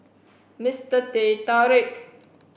Mister Teh Tarik